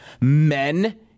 Men